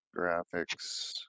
Graphics